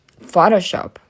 Photoshop